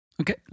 Okay